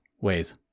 ways